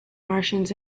martians